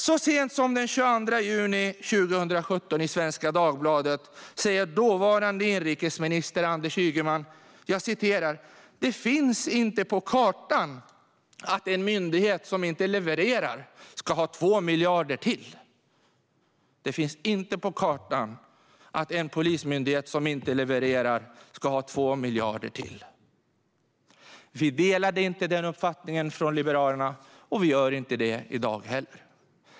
Så sent som den 22 juni 2017 i Svenska Dagbladet säger dåvarande inrikesministern Anders Ygeman: Det finns inte på kartan att en polismyndighet som inte levererar ska ha 2 miljarder till. Vi delade inte denna uppfattning från Liberalerna då, och vi gör det inte i dag heller.